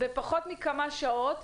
בפחות מכמה שעות,